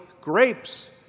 grapes